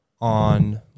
on –